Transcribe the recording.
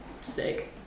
sick